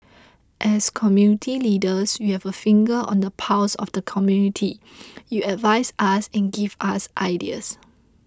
as community leaders you have a finger on the pulse of the community you advise us and give us ideas